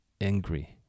angry